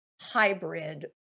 hybrid